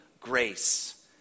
grace